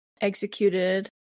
executed